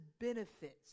benefits